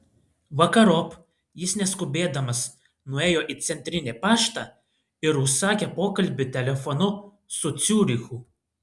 vakarop jis neskubėdamas nuėjo į centrinį paštą ir užsakė pokalbį telefonu su ciurichu